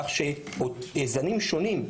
כך שזנים שונים,